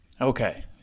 Okay